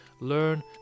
learn